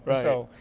so,